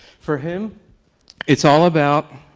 for him it's all about